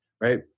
right